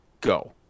Go